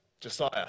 Josiah